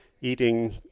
eating